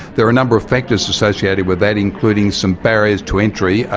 there are a number of factors associated with that, including some barriers to entry,